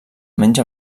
menja